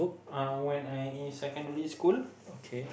uh when I in secondary school